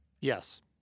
Yes